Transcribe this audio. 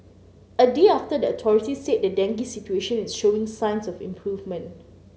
a day after the authorities said the dengue situation is showing signs of improvement